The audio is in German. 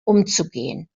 umzugehen